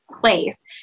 place